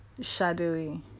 shadowy